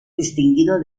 distinguido